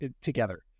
together